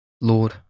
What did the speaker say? Lord